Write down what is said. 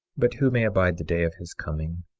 but who may abide the day of his coming,